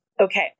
Okay